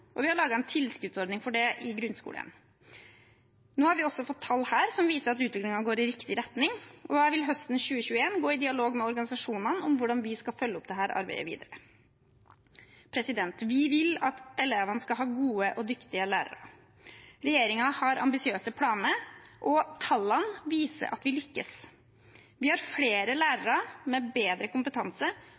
og vi har laget en tilskuddsordning for det i grunnskolen. Nå har vi også fått tall her som viser at utviklingen går i riktig retning, og jeg vil høsten 2021 gå i dialog med organisasjonene om hvordan vi skal følge opp dette arbeidet videre. Vi vil at elevene skal ha gode og dyktige lærere. Regjeringen har ambisiøse planer, og tallene viser at vi lykkes. Vi har flere lærere, med bedre kompetanse,